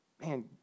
Man